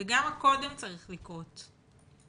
וגם הקודם צריך לקרות.